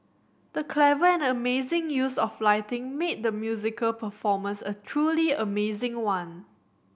the clever and amazing use of lighting made the musical performance a truly amazing one